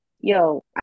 Yo